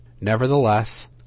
Nevertheless